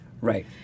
Right